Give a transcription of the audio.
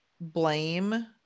blame